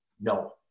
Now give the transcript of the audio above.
No